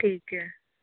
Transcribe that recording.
ਠੀਕ ਹੈ